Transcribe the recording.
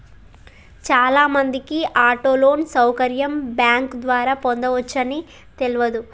చాలామందికి auto loan సౌకర్యం bank ద్వారా పొందవచ్చని తెలవదు